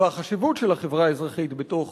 והחשיבות של החברה האזרחית בתוך